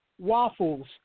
Waffles